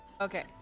Okay